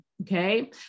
okay